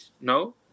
No